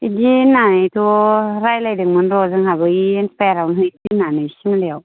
बिदि होन्नानैथ' रायज्लायदोंमोन र' जोंहाबो बे इन्सपायारआवनो हैनो होन्नानै सिमलायाव